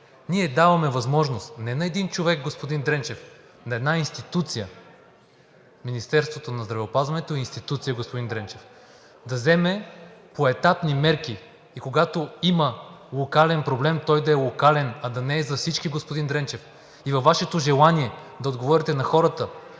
ние даваме възможност не на един човек, господин Дренчев, а на една институция – Министерството на здравеопазването е институция, господин Дренчев, да вземе поетапни мерки и когато има локален проблем, той да е локален, а да не е за всички. И във Вашето желание да отговорите на хората,